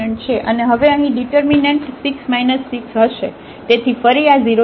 અને હવે અહીં ડિટર્મિનન્ટ 6 6 હશે તેથી ફરી આ 0 થશે